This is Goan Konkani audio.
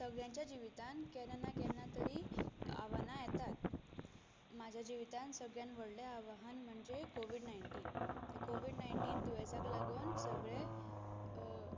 सगळ्यांच्या जिवितांत केन्ना ना केन्ना तरी आव्हानां येताच म्हज्या जिवितांत सगळ्यांत व्हडलें आव्हान म्हणचे कोविड नायन्टीन ते कोविड नायन्टीन दुयेंसाक लागून सगळें